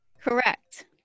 Correct